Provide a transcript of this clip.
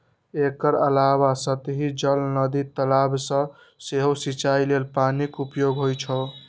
एकर अलावे सतही जल, नदी, तालाब सं सेहो सिंचाइ लेल पानिक उपयोग होइ छै